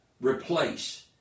replace